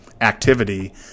activity